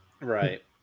Right